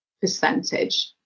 percentage